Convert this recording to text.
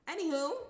Anywho